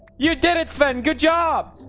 you did it spend good job